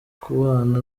ukubana